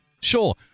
Sure